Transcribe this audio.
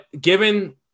given